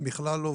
בכלל לא.